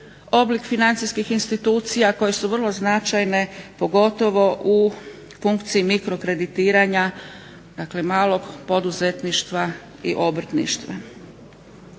oblik financijskih institucija koje su vrlo značajne, pogotovo u funkciji mikro kreditiranja dakle malog poduzetništva i obrtništva.